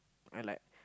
I like